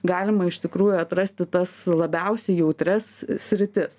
galima iš tikrųjų atrasti tas labiausiai jautrias sritis